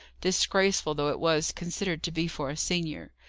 disgraceful though it was considered to be for a senior.